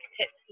Tips